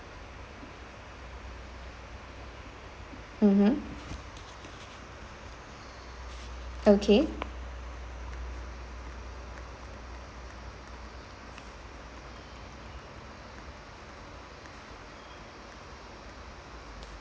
mmhmm okay